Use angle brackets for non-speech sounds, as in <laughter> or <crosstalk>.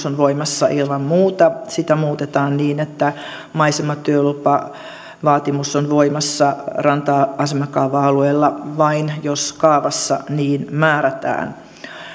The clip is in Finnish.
<unintelligible> on voimassa ilman muuta sitä muutetaan niin että maisematyölupavaatimus on voimassa ranta asemakaava alueilla vain jos kaavassa niin määrätään m